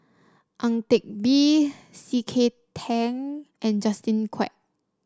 Ang Teck Bee C K Tang and Justin Quek